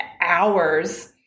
hours